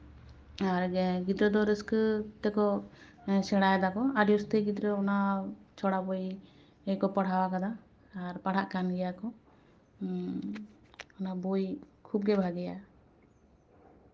ᱟᱨ ᱜᱤᱫᱽᱨᱟᱹ ᱫᱚ ᱨᱟᱹᱥᱠᱟᱹ ᱛᱮᱠᱚ ᱥᱮᱬᱟᱭ ᱫᱟᱠᱚ ᱟᱹᱰᱤ ᱩᱥᱛᱟᱹᱨ ᱜᱤᱫᱽᱨᱟᱹ ᱚᱱᱟ ᱪᱷᱚᱲᱟ ᱵᱳᱭ ᱜᱮᱠᱚ ᱯᱟᱲᱦᱟᱣ ᱠᱟᱫᱟ ᱟᱨ ᱯᱟᱲᱦᱟᱜ ᱠᱟᱱ ᱜᱮᱭᱟ ᱠᱚ ᱚᱱᱟ ᱵᱳᱭ ᱠᱷᱩᱵ ᱜᱮ ᱵᱷᱟᱜᱮᱭᱟ